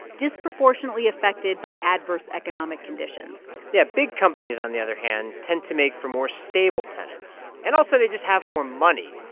disproportionately affected by adverse economic conditions. yeah. big companies, on the other hand, tend to make for more stable tenants, and also, they just have more money.